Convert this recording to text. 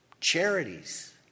Charities